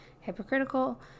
hypocritical